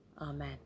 Amen